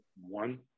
one